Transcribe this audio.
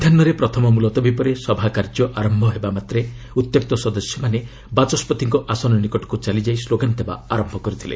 ମଧ୍ୟାହ୍ନରେ ପ୍ରଥମ ମୁଲତବୀ ପରେ ସଭାକାର୍ଯ୍ୟ ଆରମ୍ଭ ହେବାମାତ୍ରେ ଉତ୍ତ୍ୟକ୍ତ ସଦସ୍ୟମାନେ ବାଚସ୍କତିଙ୍କ ଆସନ ନିକଟକୁ ଚାଲିଯାଇ ସ୍ଲୋଗାନ ଦେବା ଆରମ୍ଭ କରିଥିଲେ